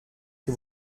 que